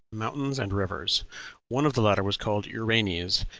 mountains, and rivers one of the latter was called uranes,